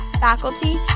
faculty